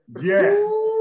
Yes